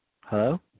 Hello